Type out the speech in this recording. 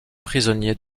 prisonniers